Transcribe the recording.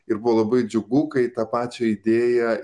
ir buvo labai džiugu kai tą pačią idėją